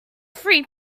free